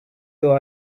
who